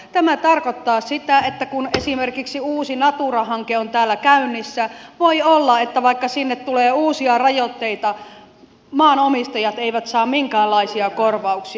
tämä tarkoittaa sitä että kun esimerkiksi uusi natura hanke on täällä käynnissä voi olla että vaikka sinne tulee uusia rajoitteita maanomistajat eivät saisi minkäänlaisia korvauksia